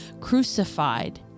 crucified